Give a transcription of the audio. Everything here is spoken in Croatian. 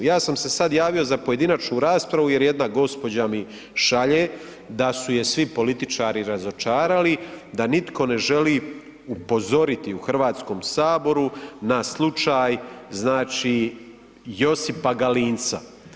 Ja sam se sad javio za pojedinačnu raspravu jer jedna gospođa mi šalje da su je svi političari razočarali da nitko ne želi upozoriti u Hrvatskom saboru na slučaj Josipa Galinca.